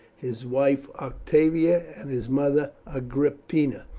his wife octavia, and his mother agrippina.